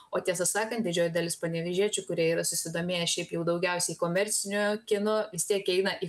o tiesą sakant didžioji dalis panevėžiečių kurie yra susidomėję šiaip jau daugiausiai komerciniu kinu vis tiek eina į